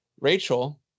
Rachel